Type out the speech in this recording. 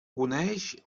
coneix